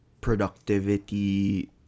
productivity